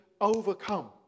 overcome